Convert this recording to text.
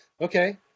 Okay